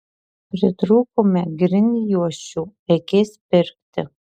pritrūkome grindjuosčių reikės pirkti